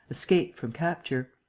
escape from capture.